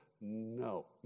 No